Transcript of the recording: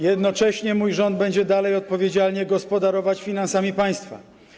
Jednocześnie mój rząd będzie dalej odpowiedzialnie gospodarować finansami państwa.